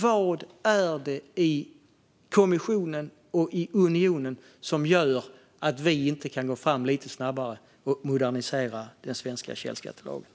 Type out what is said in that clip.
Vad i kommissionen och unionen är det som gör att vi inte kan gå fram lite snabbare och modernisera den svenska lagen om källskatt?